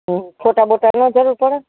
ફોટા બોટા ન જરૂર પડે